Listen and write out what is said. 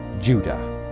Judah